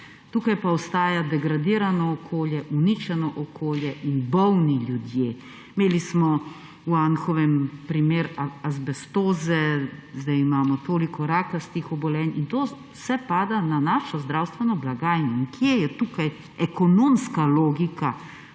Tukaj pa ostaja degradirano okolje, uničeno okolje in bolni ljudje. Imeli smo v Anhovem primer azbestoze, sedaj imamo toliko rakastih obolenj in to vse pada na našo zdravstveno blagajno. In kje je tukaj ekonomska logika,